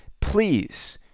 please